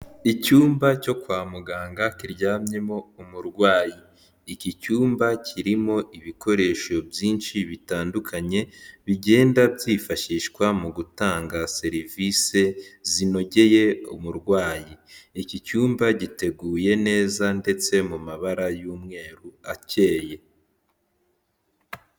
Icyumba cyo kwa muganga kiryamyemo umurwayi, iki cyumba kirimo ibikoresho byinshi bitandukanye bigenda byifashishwa mu gutanga serivisi zinogeye umurwayi, iki cyumba giteguye neza ndetse mu mabara y'umweru akeye.